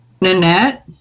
Nanette